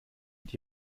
mit